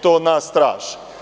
to od nas traže.